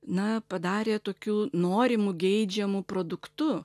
na padarė tokiu norimu geidžiamu produktu